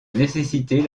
nécessiter